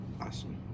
awesome